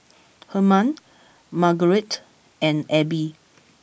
Hermann Margarette and Abbie